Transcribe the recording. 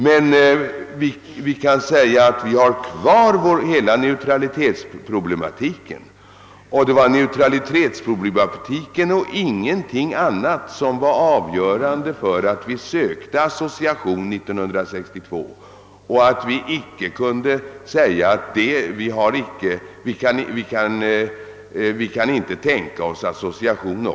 Men vi kan med fog säga att hela vår neutralitetsproblematik finns kvar. Det var denna problematik och ingenting annat som var avgörande för att vi sökte association 1962 och att vi 1967 inte kunde göra gällande att vi inte kunde tänka oss association.